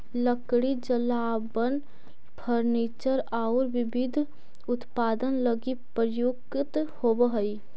लकड़ी जलावन, फर्नीचर औउर विविध उत्पाद लगी प्रयुक्त होवऽ हई